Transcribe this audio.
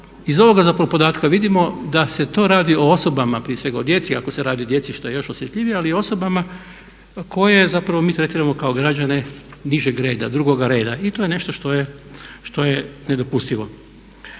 iz ovog zapravo podatka vidimo da se to radi o osobama prije svega o djeci ako se radi o djeci što je još osjetljivije ali o osobama koje zapravo mi tretiramo kao građane nižeg reda, drugoga reda. I to je nešto što je nedopustivo.